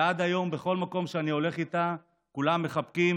ועד היום בכל מקום שאני הולך איתה כולם מחבקים,